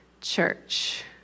church